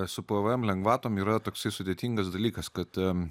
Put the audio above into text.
su pvm lengvatom yra toksai sudėtingas dalykas kad